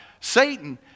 Satan